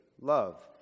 love